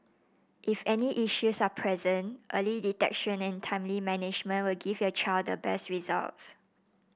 if any issues are present early detection and timely management will give your child the best results